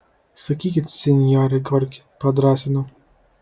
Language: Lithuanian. sakykit sinjore gorki padrąsinau